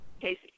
Casey